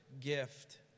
Gift